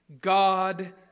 God